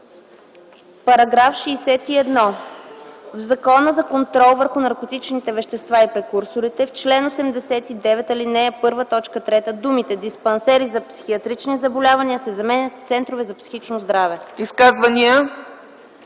„§ 61. В Закона за контрол върху наркотичните вещества и прекурсорите в чл. 89, ал. 1, т. 3 думите „диспансери за психиатрични заболявания” се заменят с „центрове за психично здраве”.”